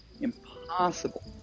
impossible